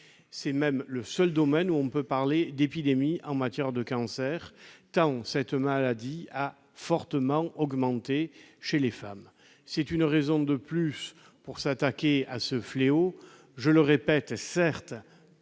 C'est même le seul domaine où l'on peut parler d'épidémie en matière de cancer, tant cette maladie a fortement augmenté chez les femmes. C'est une raison de plus pour s'attaquer à ce fléau au moyen non seulement,